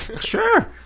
Sure